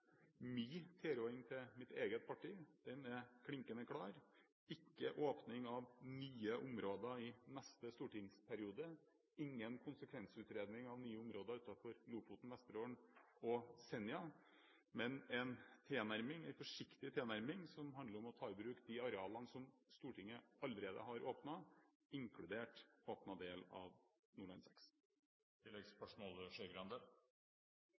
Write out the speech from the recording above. tilråding til mitt eget parti. Den er klinkende klar: ikke åpning av nye områder i neste stortingsperiode, ingen konsekvensutredning av nye områder utenfor Lofoten, Vesterålen og Senja, men en tilnærming – en forsiktig tilnærming – som handler om å ta i bruk de arealene som Stortinget allerede har åpnet, inkludert åpnet del av Nordland